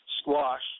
Squash